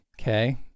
okay